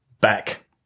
back